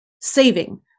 saving